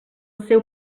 seu